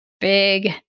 big